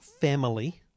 family